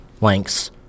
lengths